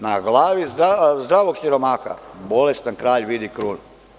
Na glavi zdravog siromaha bolestan kralj vidi krunu.